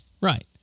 Right